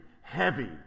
heavy